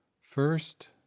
First